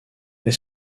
est